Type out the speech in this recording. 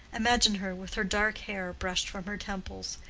imagine her with her dark hair brushed from her temples,